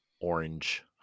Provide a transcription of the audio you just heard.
orange